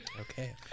Okay